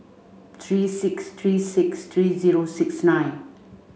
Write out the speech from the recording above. three six three six three zero six nine